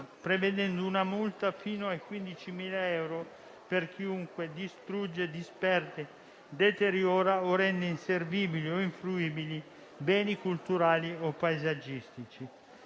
prevedendo una multa fino a 15.000 euro per chiunque distrugge, disperde deteriora o rende inservibili o non fruibili beni culturali o paesaggistici.